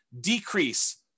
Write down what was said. decrease